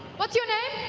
what's your name?